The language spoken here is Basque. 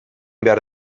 behar